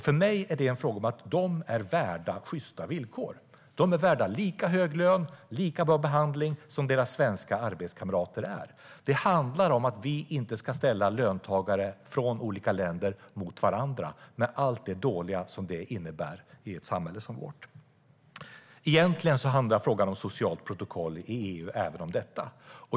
För mig är det en fråga om att de är värda sjysta villkor. De är värda lika hög lön och lika bra behandling som deras svenska arbetskamrater är. Det handlar om att vi inte ska ställa löntagare från olika länder mot varandra med allt det dåliga det innebär i ett samhälle som vårt. Egentligen handlar frågan om socialt protokoll i EU även om detta.